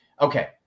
Okay